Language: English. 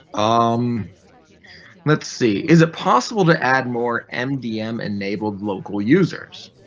um let's see is it possible to add more mdm enabled local users.